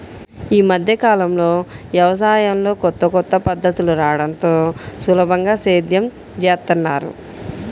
యీ మద్దె కాలంలో యవసాయంలో కొత్త కొత్త పద్ధతులు రాడంతో సులభంగా సేద్యం జేత్తన్నారు